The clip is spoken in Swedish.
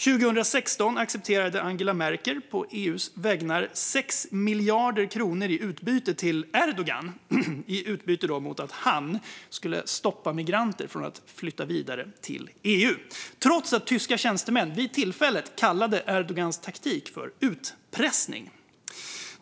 År 2016 accepterade Angela Merkel att på EU:s vägnar ge 6 miljarder kronor i utbyte till Erdogan mot att han skulle stoppa migranter från att flytta vidare till EU, trots att tyska tjänstemän vid tillfället kallade Erdogans taktik för utpressning.